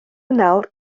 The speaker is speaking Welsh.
nawr